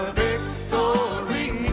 victory